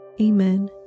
Amen